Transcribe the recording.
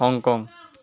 Hong Kong